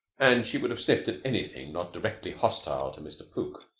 and she would have sniffed at anything not directly hostile to mr. pook.